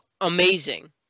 amazing